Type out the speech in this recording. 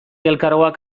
elkargoak